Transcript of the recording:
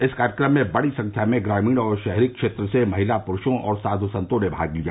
इस कार्यक्रम में बड़ी संख्या में ग्रमीण और शहरी क्षेत्र से महिला पुरूषों और साध् संतों ने भाग लिया